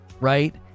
Right